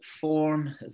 form